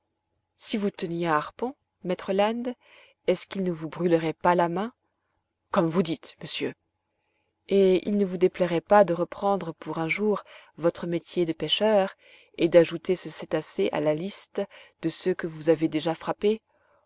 si vous teniez un harpon maître land est-ce qu'il ne vous brûlerait pas la main comme vous dites monsieur et il ne vous déplairait pas de reprendre pour un jour votre métier de pêcheur et d'ajouter ce cétacé à la liste de ceux que vous avez déjà frappés